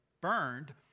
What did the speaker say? burned